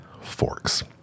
forks